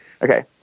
Okay